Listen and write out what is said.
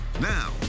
Now